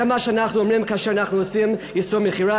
זה מה שאנחנו אומרים כאשר אנחנו עושים איסור מכירה.